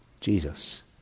Jesus